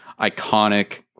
iconic